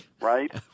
right